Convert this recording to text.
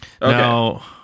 Now